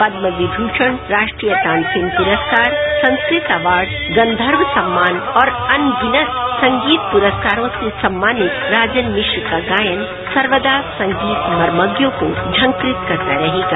पदम विष्णण राष्ट्रीय तानसेन पुरस्कार संस्कृत अवार्ड गंवर्ष सम्मान और अनगिनत संगीत पुरस्कारों से सम्मानित राजन मिश्र का गायन सर्वदा संगीत मर्मज्ञा को झंकृत करता रहेगा